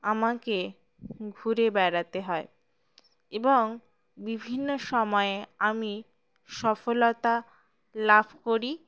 আমাকে ঘুরে বেড়াতে হয় এবং বিভিন্ন সময়ে আমি সফলতা লাভ করি